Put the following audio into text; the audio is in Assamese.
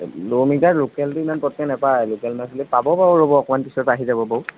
ৰৌ মিৰিকা লোকেলটো ইমান পতকৈ নাপায় লোকেল মাছবিলাক পাব বাৰু ৰ'ব অকণমান পিছত আহি যাব বাৰু